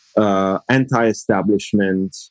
anti-establishment